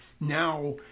now